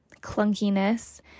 clunkiness